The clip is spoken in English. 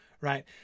right